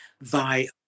via